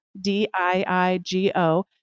D-I-I-G-O